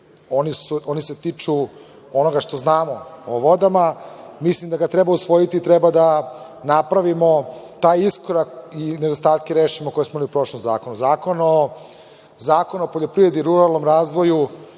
Oni se tiču onoga što znamo o vodama. Mislim da ga treba usvojiti i treba da napravimo taj iskorak i nedostatke rešimo koje smo imali u prošlom zakonu. Zakon o poljoprivredi i ruralnom razvoju